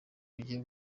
bugiye